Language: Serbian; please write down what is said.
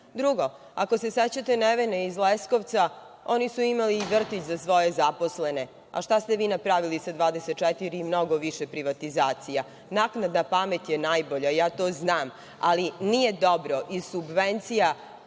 jedno. Drugo, ako se sećate „Nevene“ iz Leskovca, oni su imali i vrtić za svoje zaposlene. A šta ste vi napravili sa 24 i mnogo više privatizacija? Naknadna pamet je najbolja, ja to znam, ali nije dobro iz subvencija